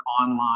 online